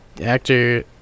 actor